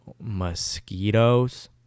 mosquitoes